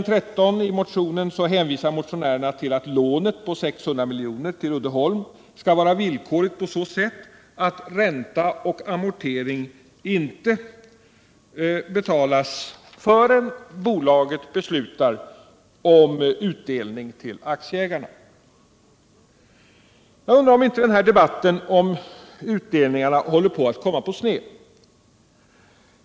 13 i motionen hänvisar motionärerna till att lånet på 600 miljoner till Uddeholm skall vara villkorligt på så sätt att ränta och amortering inte betalas förrän bolaget beslutar om utdelning till aktieägarna. Jag undrar om inte debatten om utdelningarna håller på att komma på sned.